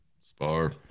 Spar